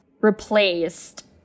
replaced